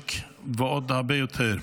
המשק ועוד הרבה יותר.